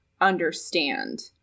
understand